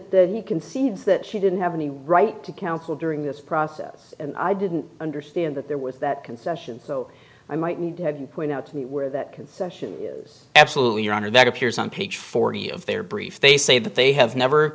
that you can see that she didn't have any right to counsel during this process and i didn't understand that there was that concession so i might need to have been pointed out to me where that confession is absolutely your honor that appears on page forty of their brief they say that they have never